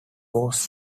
was